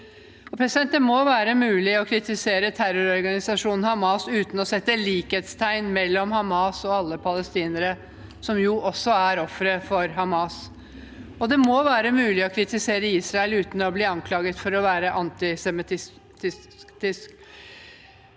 dagsordenen. Det må være mulig å kritisere terrororganisasjonen Hamas uten å sette likhetstegn mellom Hamas og alle palestinere, som jo også er ofre for Hamas, og det må være mulig å kritisere Israel uten å bli anklaget for å være antisemittisk.